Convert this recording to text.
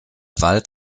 wald